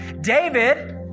David